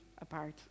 apart